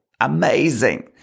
amazing